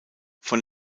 von